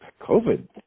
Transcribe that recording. COVID